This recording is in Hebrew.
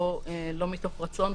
לא מתוך רצון,